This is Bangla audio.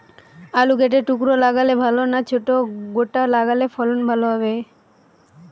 আলু কেটে টুকরো লাগালে ভাল না ছোট গোটা লাগালে ফলন ভালো হবে?